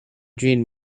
jean